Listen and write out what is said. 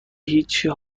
هیچی